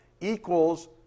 equals